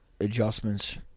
adjustments